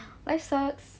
life sucks